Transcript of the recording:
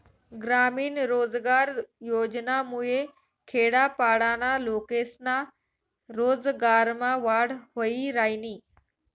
ग्रामीण रोजगार योजनामुये खेडापाडाना लोकेस्ना रोजगारमा वाढ व्हयी रायनी